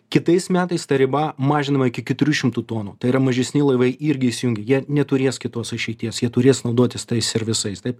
kitais metais ta riba mažinama iki keturių šimtų tonų tai yra mažesni laivai irgi įsijung jie neturės kitos išeities jie turės naudotis tais ir visais taip